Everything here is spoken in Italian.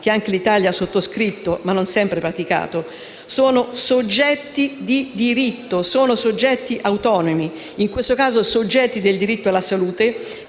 che anche l'Italia ha sottoscritto ma non sempre praticato, sono soggetti di diritto autonomi e in questo caso sono titolari del diritto alla salute,